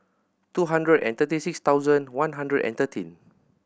two hundred and thirty six thousand one hundred and thirteen